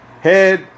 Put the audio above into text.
head